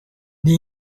the